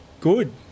good